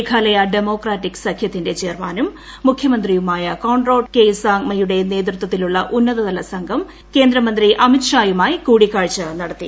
Meghalaya democratic സംഖ്യത്തിന്റെ ചേയർമാനും മുഖ്യമന്ത്രിയുമായ കോൺറാഡ് കെ സാങ്മയുടെ നേതൃത്വത്തിലുള്ള ഉന്നതല സംഘം കേന്ദ്ര ആഭ്യന്തമന്ത്രി അമിത് ഷായുമായി കൂടിക്കാഴ്ച നടത്തി